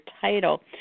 title